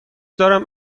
دارم